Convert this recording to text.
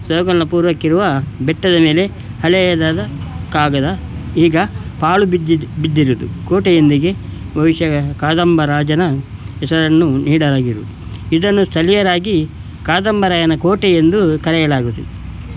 ಸೋಗಲ್ನ ಪೂರ್ವಕ್ಕಿರುವ ಬೆಟ್ಟದ ಮೇಲೆ ಹಳೆಯದಾದ ಕಾಗದ ಈಗ ಪಾಳು ಬಿದ್ದಿದ್ದ ಬಿದ್ದು ಇರೋದು ಕೋಟೆಯೊಂದಿಗೆ ಬಹುಶಃ ಕದಂಬ ರಾಜನ ಹೆಸರನ್ನು ಇಡಲಾಗಿರುವ ಇದನ್ನು ಸ್ಥಳೀಯರಾಗಿ ಕದಂಬರಾಯನ ಕೋಟೆ ಎಂದು ಕರೆಯಲಾಗುತಿತ್ತು